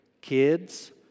Kids